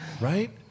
right